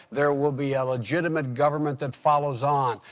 there will be a legitimate government that follows on,